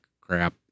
crap